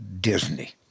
Disney